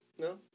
No